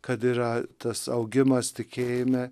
kad yra tas augimas tikėjime